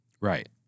Right